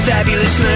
Fabulous